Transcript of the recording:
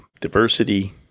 diversity